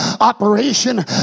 operation